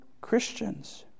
Christians